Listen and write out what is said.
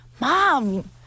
Mom